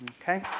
Okay